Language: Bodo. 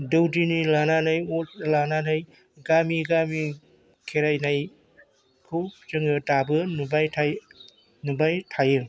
दौदिनि लानानै अजा लानानै गामि गामि खेराइनायखौ जोङो दाबो नुबाय थायो